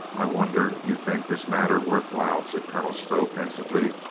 i wonder you think this manner worth while, said colonel stow pensively.